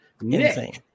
Insane